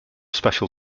special